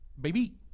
baby